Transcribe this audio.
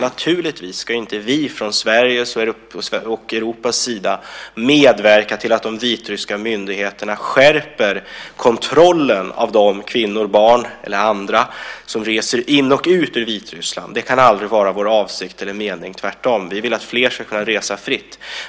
Naturligtvis ska inte vi från Sveriges och Europas sida medverka till att de vitryska myndigheterna skärper kontrollen av de kvinnor och barn eller andra som reser in i och ut ur Vitryssland. Det kan aldrig vara vår avsikt eller mening - tvärtom. Vi vill att fler ska kunna resa fritt.